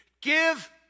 Give